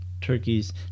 turkeys